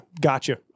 Gotcha